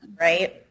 right